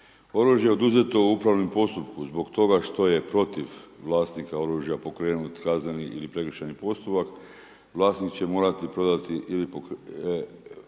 Oružje oduzeto u upravnom postupku zbog toga što je protiv vlasnika oružja pokrenut kazneni ili prekršajni postupak vlasnik će morati prodati ili pokloniti